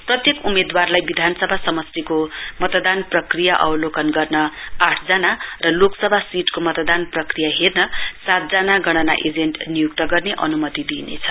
प्रत्येक उम्मेदवारहरुलाई विधानसभामा समस्टिको मतदान प्रक्रिया अवकोलन गर्न आठ जना र लोकसभा सीटको मतदान प्रक्रिया हेर्न सात जना गनणा एजेन्ट नियुक्त गर्ने अन्मति दिइनेछ